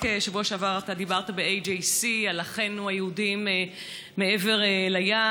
רק בשבוע שעבר אתה דיברת ב-HAC על אחינו היהודים מעבר לים,